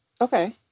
Okay